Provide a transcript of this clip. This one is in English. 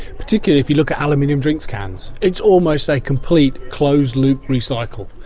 particularly if you look at aluminium drink cans. it's almost a complete closed-loop recycle.